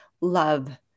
love